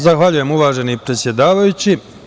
Zahvaljujem, uvaženi predsedavajući.